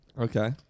Okay